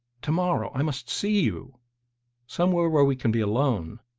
tomorrow i must see you somewhere where we can be alone,